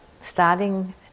starting